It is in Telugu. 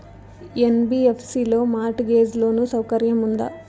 యన్.బి.యఫ్.సి లో మార్ట్ గేజ్ లోను సౌకర్యం ఉందా?